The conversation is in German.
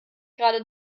gerade